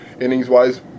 innings-wise –